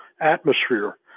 atmosphere